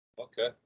Okay